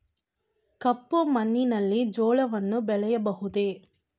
ಕಪ್ಪು ಮಣ್ಣಿನಲ್ಲಿ ಜೋಳವನ್ನು ಬೆಳೆಯಬಹುದೇ?